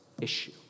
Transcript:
issue